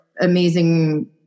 amazing